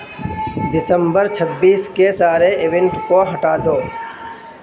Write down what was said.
دسمبر چھبیس کے سارے ایوینٹ کو ہٹا دو